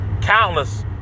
countless